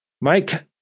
Mike